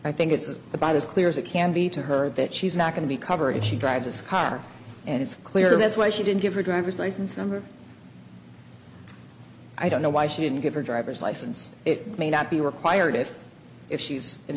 i think it's about as clear as it can be to her that she's not going to be covered if she drives a car and it's clear that's why she didn't give her driver's license number i don't know why she didn't give her driver's license it may not be required if if she's